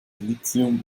lithium